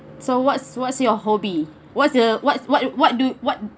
so what's what's your hobby what's your what's what what do what